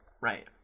right